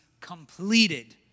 completed